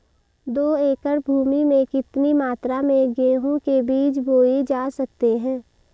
दो एकड़ भूमि में कितनी मात्रा में गेहूँ के बीज बोये जा सकते हैं?